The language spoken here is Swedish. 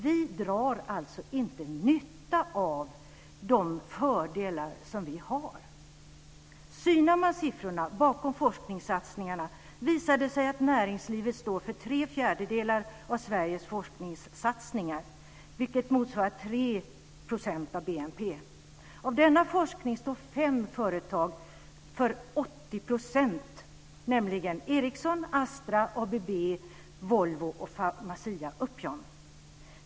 Vi drar alltså inte nytta av alla de fördelar som vi har. Synar man siffrorna bakom forskningssatsningarna visar det sig att näringslivet står för tre fjärdedelar av Sveriges forskningssatsningar, vilket motsvarar ca 3 % av BNP. Av denna forskning står fem företag för Pharmacia Upjohn.